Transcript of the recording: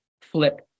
flip